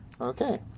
Okay